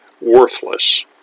worthless